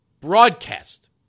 broadcast